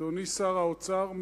אדוני שר האוצר,